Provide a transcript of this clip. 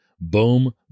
Boom